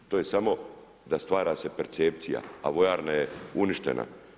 To je samo da stvara se percepcija, a vojarna je uništena.